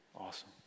Awesome